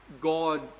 God